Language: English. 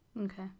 Okay